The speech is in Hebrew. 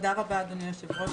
תודה רבה, אדוני היושב-ראש.